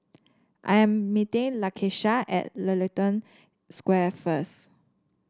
I am meeting Lakesha at Ellington Square first